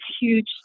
huge